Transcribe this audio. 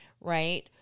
right